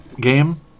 game